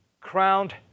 crowned